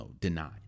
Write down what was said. denied